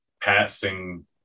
passing